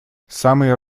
самые